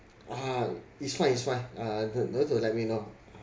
ah it's fine it's fine uh don't don't have to let me know